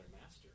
master